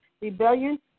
rebellion